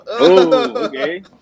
okay